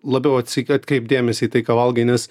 labiau atsik atkreipt dėmesį į tai ką valgai nes